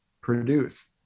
produce